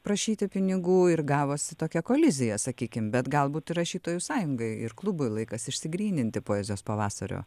prašyti pinigų ir gavosi tokia kolizija sakykim bet galbūt ir rašytojų sąjungai ir klubui laikas išsigryninti poezijos pavasario